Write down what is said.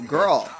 Girl